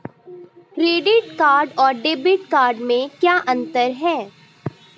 Credit card और debit card में क्या अंतर है?